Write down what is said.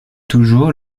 toujours